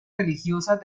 religiosas